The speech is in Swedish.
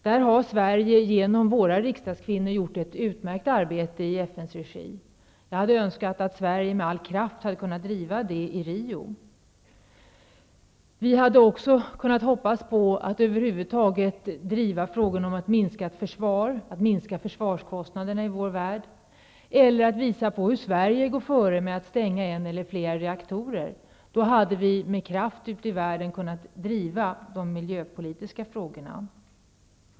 Sverige har här genom våra riksdagskvinnor gjort ett utmärkt arbete i FN:s regi. Jag hade önskat att Sverige med all kraft hade kunnat driva denna fråga i Rio. Vi hade också hoppats på att över huvud taget driva frågorna om att minska försvarskostnaderna i vår värld, eller att kunna visa på hur Sverige går före genom att stänga en eller flera reaktorer. Då hade vi med kraft kunnat driva de miljöpolitiska frågorna i världen.